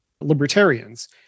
libertarians